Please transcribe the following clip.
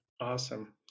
Awesome